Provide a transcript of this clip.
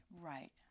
Right